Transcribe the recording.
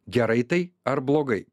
gerai tai ar blogai